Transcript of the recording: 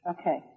Okay